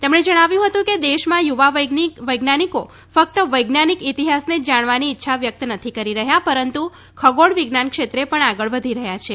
તેમણે જણાવ્યું હતું કે દેશમાં યુવા વૈજ્ઞાનિકો ફક્ત વૈજ્ઞાનિક ઇતિહાસને જ જાણવાની ઇચ્છા વ્યક્ત નથી કરી રહ્યા પરંતુ ખગોળ વિજ્ઞાન ક્ષેત્રે પણ આગળ વધી રહ્યા છે